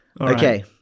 Okay